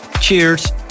Cheers